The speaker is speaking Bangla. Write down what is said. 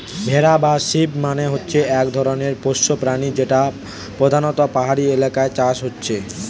ভেড়া বা শিপ মানে হচ্ছে এক ধরণের পোষ্য প্রাণী যেটা পোধানত পাহাড়ি এলাকায় চাষ হচ্ছে